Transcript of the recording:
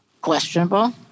questionable